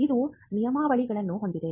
ಇದು ನಿಯಮಾವಳಿಗಳನ್ನು ಹೊಂದಿದೆ